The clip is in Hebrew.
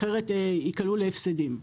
אחרת ייקלעו להפסדים.